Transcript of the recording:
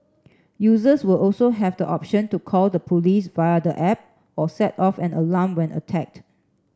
users will also have the option to call the police via the app or set off an alarm when attacked